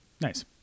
Nice